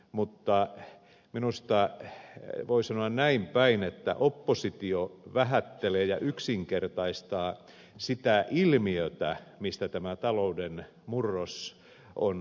mutta minusta voi sanoa näin päin että oppositio vähättelee ja yksinkertaistaa sitä ilmiötä mistä tämä talouden murros on seurauksena